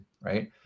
right